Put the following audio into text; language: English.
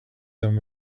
them